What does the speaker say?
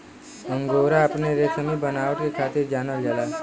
angora अपने रेसमी बनावट के खातिर जानल जाला